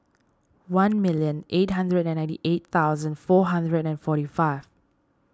one million eight hundred and ninety eight thousand four hundred and forty five